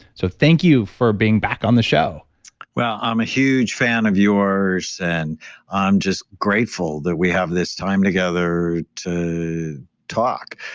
so thank you for being back on the show well, i'm a huge fan of yours. and i'm just grateful that we have this time together to talk.